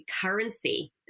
currency